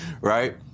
Right